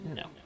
no